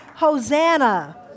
Hosanna